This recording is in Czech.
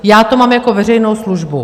Já to mám jako veřejnou službu.